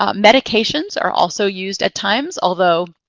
um medications are also used at times, although